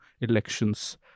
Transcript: elections